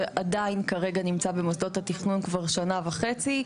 שעדיין כרגע נמצא במוסדות התכנון כבר שנה וחצי,